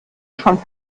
schon